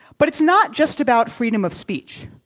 but it's not just about freedom of speech.